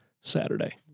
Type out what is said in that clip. Saturday